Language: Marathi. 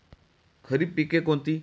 खरीप पिके कोणती?